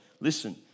listen